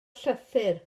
llythyr